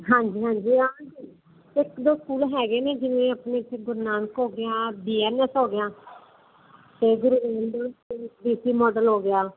ਹਾਂਜੀ ਹਾਂਜੀ ਆ ਇੱਕ ਦੋ ਸਕੂਲ ਹੈਗੇ ਨੇ ਜਿਵੇਂ ਆਪਣੇ ਗੁਰੂ ਨਾਨਕ ਹੋ ਗਿਆ ਡੀ ਐਨ ਐਸ ਹੋ ਗਿਆ ਅਤੇ ਫਿਰ ਮਾਡਲ ਹੋ ਗਿਆ